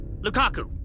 Lukaku